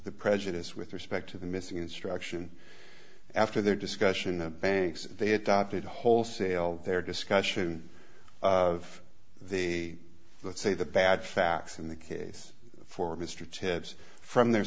the prejudice with respect to the missing instruction after their discussion of banks they adopted wholesale their discussion of the let's say the bad facts in the case for mr tibbs from their